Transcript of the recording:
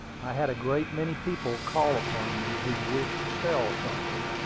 i had a great many people call upon me who wished to sell something,